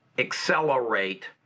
accelerate